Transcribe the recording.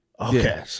Okay